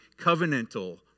covenantal